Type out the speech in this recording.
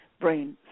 brain